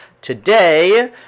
Today